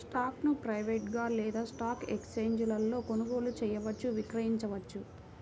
స్టాక్ను ప్రైవేట్గా లేదా స్టాక్ ఎక్స్ఛేంజీలలో కొనుగోలు చేయవచ్చు, విక్రయించవచ్చు